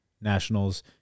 nationals